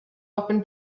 weapon